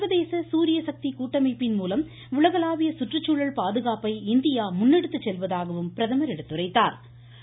சர்வதேச சூரிய சக்தி கூட்டமைப்பின் மூலம் உலகளாவிய சுற்றுச்சூழல் பாதுகாப்பை இந்தியா முன்னெடுத்துச் செல்வதாகவும் பிரதமா் எடுத்துரைத்தாா்